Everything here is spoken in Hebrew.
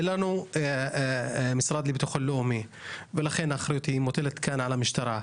אין לנו משרד לביטחון לאומי ולכן האחריות מוטלת כאן על המשטרה.